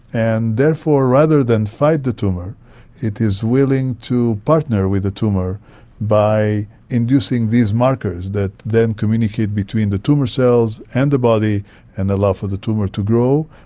and therefore rather than fight the tumour it is willing to partner with the tumour by inducing these markers that then communicate between the tumour cells and the body and allow for the tumour to grow,